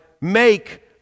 make